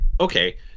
okay